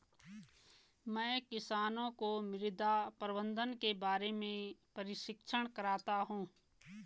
मैं किसानों को मृदा प्रबंधन के बारे में प्रशिक्षित करता हूँ